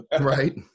Right